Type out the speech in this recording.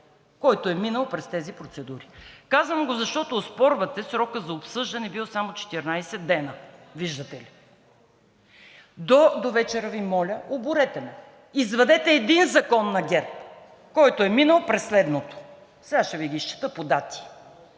който е минал през тези процедури. Казвам го, защото оспорвате срока за обсъждане – бил само 14 дни, виждате ли. До довечера Ви моля, оборете ме! Извадете един закон на ГЕРБ, който е минал през следното, сега ще Ви ги изчета по дати.